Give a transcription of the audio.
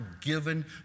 given